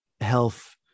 health